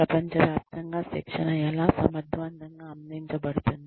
ప్రపంచవ్యాప్తంగా శిక్షణ ఎలా సమర్థవంతంగా అందించబడుతుంది